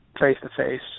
face-to-face